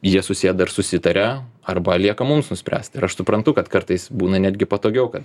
jie susiję dar susitaria arba lieka mums nuspręsti ir aš suprantu kad kartais būna netgi patogiau kad